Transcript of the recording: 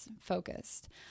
focused